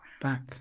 back